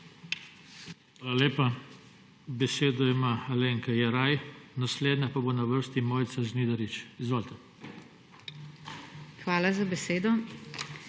Hvala lepa. Besedo ima Alenka Jeraj, naslednja pa bo na vrsti Mojca Žnidarič. Izvolite. **ALENKA JERAJ